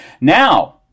Now